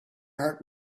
heart